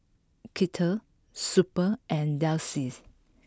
Kettle Super and Delsey